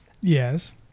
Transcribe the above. Yes